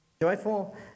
joyful